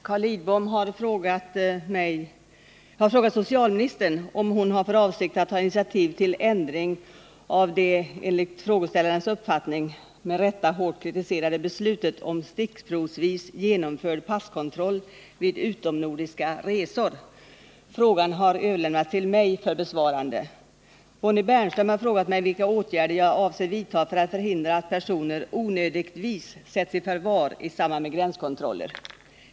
Herr talman! Carl Lidbom har frågat socialministern om hon har för avsikt att ta initiativ till ändring av det — enligt frågeställarens uppfattning — med rätta hårt kritiserade beslutet om stickprovsvis genomförd passkontroll vid inomnordiska resor. Frågan har överlämnats till mig för besvarande. Bonnie Bernström har frågat mig vilka åtgärder jag avser vidta för att förhindra att personer onödigtvis sätts i förvar i samband med gränskontroller.